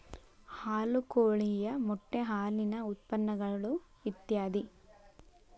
ಹಾಲು ಕೋಳಿಯ ಮೊಟ್ಟೆ ಹಾಲಿನ ಉತ್ಪನ್ನಗಳು ಇತ್ಯಾದಿ